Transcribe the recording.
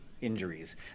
injuries